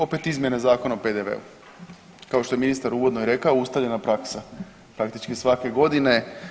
Opet izmjene Zakona o PDV-u kao što je ministar uvodno i rekao ustaljena praksa, praktički svake godine.